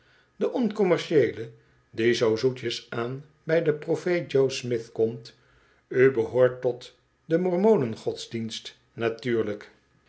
de oncommercieele die zoo zoetjes aan bij den profeet j'oe smith komt u behoort tot den mormonen godsdienst natuurlijk